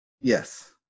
Yes